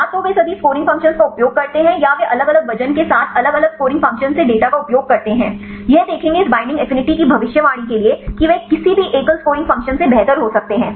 या तो वे सभी स्कोरिंग फ़ंक्शंस का उपयोग करते हैं या वे अलग अलग वज़न के साथ अलग अलग स्कोरिंग फ़ंक्शंस से डेटा का उपयोग करते हैं यह देखेंगे कि इस बैंडिंग एफिनिटी की भविष्यवाणी के लिए वे किसी भी एकल स्कोरिंग फ़ंक्शन से बेहतर हो सकते हैं